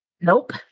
Nope